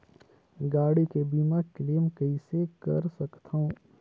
गाड़ी के बीमा क्लेम कइसे कर सकथव?